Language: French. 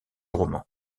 roman